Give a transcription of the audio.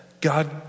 God